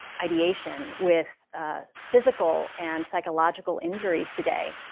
ideation with physical and psychological injuries today,